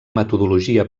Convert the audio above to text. metodologia